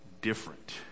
different